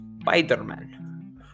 Spider-Man